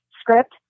script